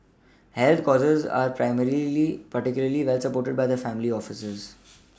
health causes are primarily particularly well supported by the family offices